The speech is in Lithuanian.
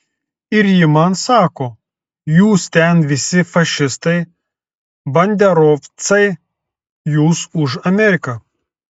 ir ji man sako jūs ten visi fašistai banderovcai jūs už ameriką